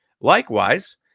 Likewise